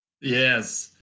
Yes